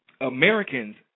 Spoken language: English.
Americans